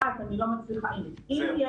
תהיה למקום שבו גדל הילד מתוך